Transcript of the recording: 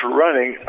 running